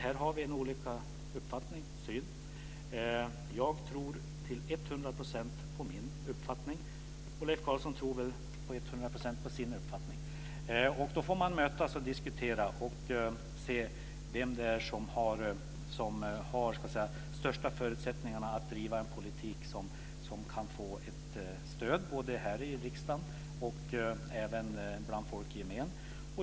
Här har vi olika uppfattning och syn. Jag tror till hundra procent på min uppfattning, och Leif Carlson tror väl till hundra procent på sin. Då får man mötas och diskutera och se vem som har de största förutsättningarna att driva en politik som kan få ett stöd både här i riksdagen och bland folk i gemen.